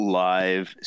live